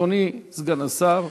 אדוני סגן השר,